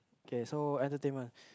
okay so entertainment